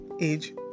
age